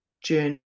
journey